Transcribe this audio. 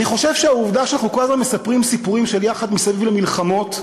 אני חושב שהעובדה שאנחנו כל הזמן מספרים סיפורים של יחד מסביב למלחמות,